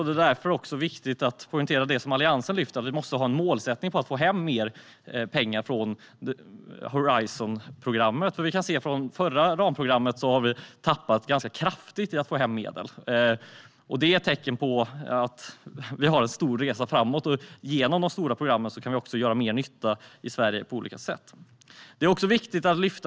Det är därför också viktigt att poängtera det som Alliansen lyfter fram: att vi måste ha en målsättning att få hem mer pengar från Horizon-programmet. Sedan förra ramprogrammet har vi tappat ganska kraftigt i att få hem medel. Det är ett tecken på att vi har en lång resa framåt. Genom de stora programmen kan vi också göra mer nytta i Sverige på olika sätt.